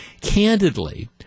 Candidly